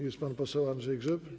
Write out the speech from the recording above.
Jest pan poseł Andrzej Grzyb?